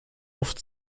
oft